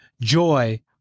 joy